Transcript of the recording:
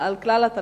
כלל התלמידים,